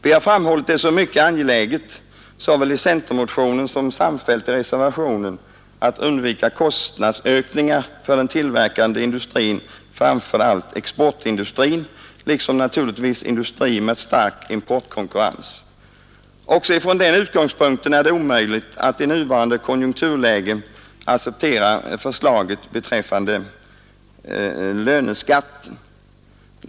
Vi har, såväl i centermotionen som samfällt i reservationen, framhållit det som mycket angeläget att undvika kostnadsökningar för den tillverkande industrin, framför allt exportindustrin men också naturligtvis industri med stark importkonkurrens. Också från den utgångspunkten är det omöjligt att i nuvarande konjunkturläge acceptera förslaget beträffande löneskatten.